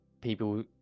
people